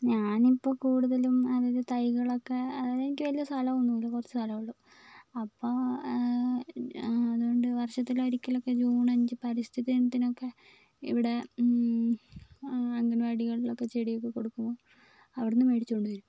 ഞാൻ ഇപ്പോൾ കൂടുതലും അതായത് തൈകളൊക്കെ എനിക്ക് വലിയ സ്ഥലമൊന്നും ഇല്ല കുറച്ച് സ്ഥലമേ ഉള്ളൂ അപ്പോൾ അതുകൊണ്ട് വർഷത്തിൽ ഒരിക്കൽ ഒക്കെ ജൂൺ അഞ്ച് പരിസ്ഥിതി ദിനത്തിനൊക്കെ ഇവിടെ അങ്കൻവാടികളിൽ ഒക്കെ ചെടിയൊക്കെ കൊടുക്കും അവിടുന്ന് മേടിച്ചുകൊണ്ട് വരും